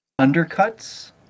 undercuts